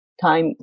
time